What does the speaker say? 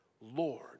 Lord